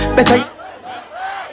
Better